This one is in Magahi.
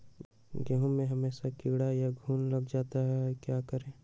गेंहू में हमेसा कीड़ा या घुन लग जाता है क्या करें?